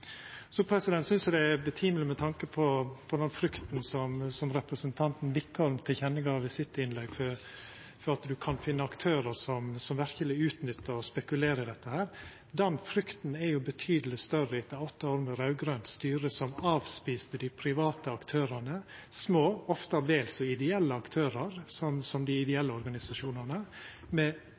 synest eg det er rimeleg å seia, med tanke på den frykta som representanten Wickholm gav til kjenne i sitt innlegg, for at ein kan finna aktørar som verkeleg utnyttar og spekulerer i dette: Den frykta er betydeleg større etter åtte år med eit raud-grønt styre som avfeia dei private aktørane – små, ofte vel så ideelle aktørar som dei ideelle organisasjonane – med